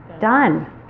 done